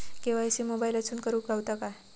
KYC मोबाईलातसून करुक गावता काय?